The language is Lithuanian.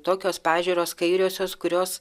tokios pažiūros kairiosios kurios